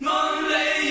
Monday